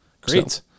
Great